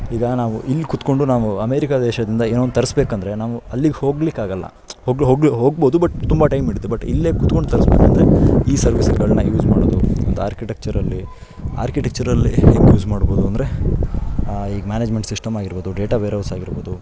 ಈಗ ನಾವು ಇಲ್ಲಿ ಕೂತ್ಕೊಂಡು ನಾವು ಅಮೇರಿಕ ದೇಶದಿಂದ ಏನೊಂದು ತರಿಸ್ಬೇಕಂದ್ರೆ ನಾವು ಅಲ್ಲಿಗೆ ಹೋಗ್ಲಿಕ್ಕಾಗೋಲ್ಲ ಹೋಗ್ಲಿ ಹೋಗ್ಲಿ ಹೋಗ್ಬೋದು ಬಟ್ ತುಂಬ ಟೈಮ್ ಹಿಡಿಯುತ್ತೆ ಬಟ್ ಇಲ್ಲೇ ಕೂತ್ಕೊಂಡು ತರಿಸ್ಬೇಕಂದ್ರೆ ಈ ಸರ್ವೀಸ್ಗಳನ್ನ ಯೂಸ್ ಮಾಡೋದು ಅಂತ ಆರ್ಕಿಟೆಕ್ಚರಲ್ಲಿ ಆರ್ಕಿಟೆಕ್ಚರಲ್ಲಿ ಹೆಂಗೆ ಯೂಸ್ ಮಾಡ್ಬೋದು ಅಂದರೆ ಈ ಮ್ಯಾನೇಜ್ಮೆಂಟ್ ಸಿಸ್ಟಮ್ ಆಗಿರ್ಬೋದು ಡೇಟ ವೇರ್ ಹೌಸ್ ಆಗಿರ್ಬೋದು